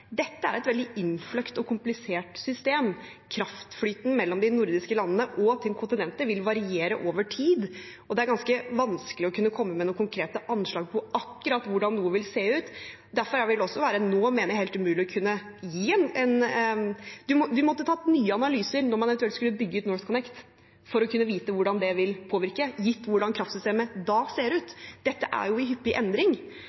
dette er et veldig innfløkt og komplisert system. Kraftflyten mellom de nordiske landene og til kontinentet vil variere over tid, og det er ganske vanskelig å kunne komme med noen konkrete anslag om akkurat hvordan noe vil se ut. Derfor mener jeg at det ville være umulig å kunne gi nå. Man måtte gjort nye analyser når man eventuelt skulle bygge ut NorthConnect, for å kunne vite hvordan det vil påvirke, gitt hvordan kraftsystemet da ser